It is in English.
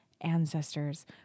ancestors